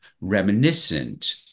reminiscent